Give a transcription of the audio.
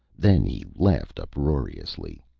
then he laughed uproariously.